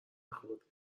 نخورده